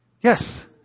Yes